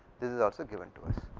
this is also given to us.